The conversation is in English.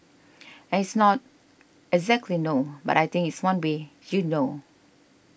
and it's not exactly no but I think it's one way you know